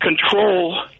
control